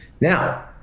now